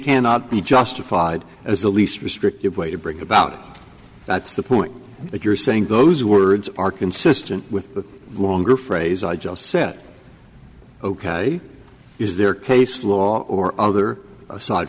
cannot be justified as the least restrictive way to bring about that's the point that you're saying those words are consistent with the longer phrase i just set ok is there case law or other aside